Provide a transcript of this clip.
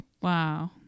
Wow